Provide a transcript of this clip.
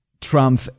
trump